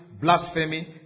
blasphemy